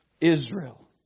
Israel